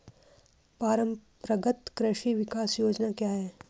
परंपरागत कृषि विकास योजना क्या है?